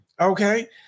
Okay